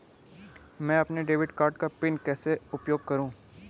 मैं अपने debit card का पिन कैसे उपयोग करूँ?